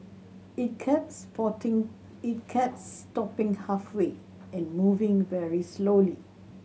it kept sporting it kept stopping halfway and moving very slowly